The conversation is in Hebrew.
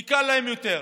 כי קל להם יותר,